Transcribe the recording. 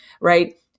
right